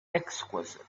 exquisite